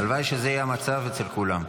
הלוואי שזה יהיה המצב אצל כולם.